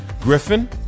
Griffin